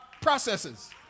processes